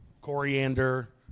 coriander